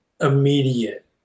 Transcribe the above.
immediate